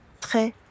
très